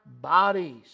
bodies